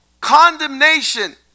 condemnation